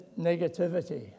negativity